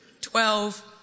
Twelve